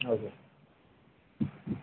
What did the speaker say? okay sir